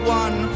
one